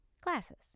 classes